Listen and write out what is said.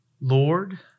Lord